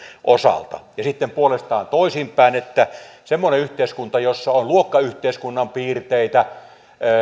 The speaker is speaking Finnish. osalta ja sitten puolestaan toisinpäin semmoinen yhteiskunta jossa on luokkayhteiskunnan piirteitä